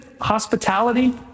hospitality